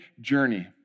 journey